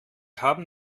haben